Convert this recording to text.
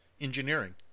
engineering